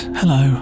hello